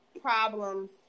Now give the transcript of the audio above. problems